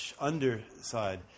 underside